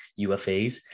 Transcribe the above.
UFAs